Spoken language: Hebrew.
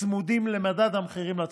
צמודים למדד המחירים לצרכן.